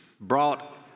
brought